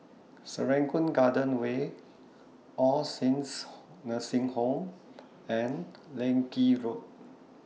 Serangoon Garden Way All Saints Nursing Home and Leng Kee Road